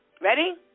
ready